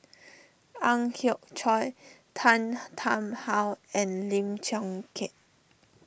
Ang Hiong Chiok Tan Tarn How and Lim Chong Keat